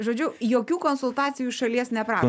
žodžiu jokių konsultacijų iš šalies nepra